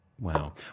Wow